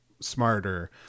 smarter